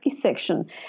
section